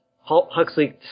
Huxley